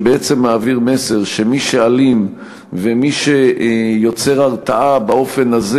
שמעביר מסר שמי שאלים ומי שיוצר הרתעה באופן הזה